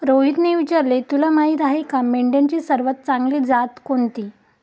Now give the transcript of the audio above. रोहितने विचारले, तुला माहीत आहे का मेंढ्यांची सर्वात चांगली जात कोणती?